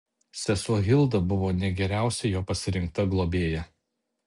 sesuo hilda buvo ne geriausia jo pasirinkta globėja